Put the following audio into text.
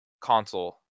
console